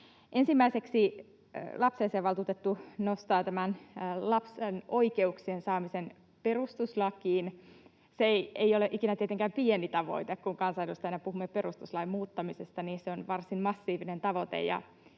Ensimmäiseksi lapsiasiainvaltuutettu nostaa tämän lapsen oikeuksien saamisen perustuslakiin. Se ei ole ikinä tietenkään pieni tavoite, kun kansanedustajina puhumme perustuslain muuttamisesta. Se on varsin massiivinen tavoite,